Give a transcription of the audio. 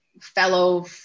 fellow